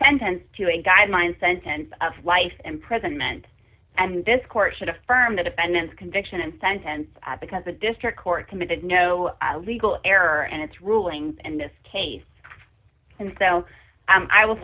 sentenced to a guideline sentence of life imprisonment and this court should affirm the defendant's conviction and sentence because the district court committed no legal error and its rulings and this case and so i will